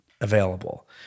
available